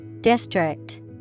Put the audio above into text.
District